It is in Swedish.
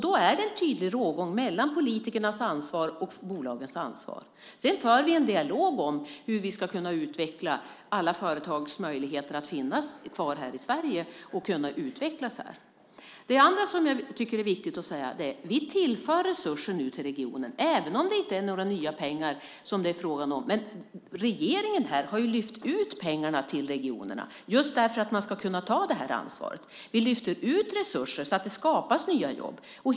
Då är det en tydlig rågång mellan politikernas ansvar och bolagens ansvar. Vi för en dialog om hur vi ska kunna utveckla alla företags möjligheter att finnas kvar här i Sverige och utvecklas här. Något annat som jag tycker är viktigt att säga är att vi nu tillför regionen resurser, även om det inte är fråga om några nya pengar. Regeringen har lyft ut pengarna till regionen för att man ska kunna ta det här ansvaret. Vi lyfter ut resurser så att det skapas nya jobb.